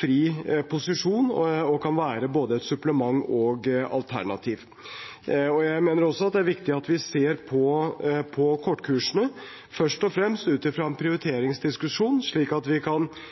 fri posisjon og kan være både et supplement og et alternativ. Jeg mener også det er viktig at vi ser på kortkursene, først og fremst ut fra en prioriteringsdiskusjon, slik at vi kan